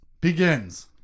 Begins